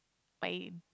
my